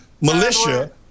militia